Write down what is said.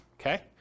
Okay